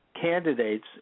candidates